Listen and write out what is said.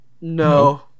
no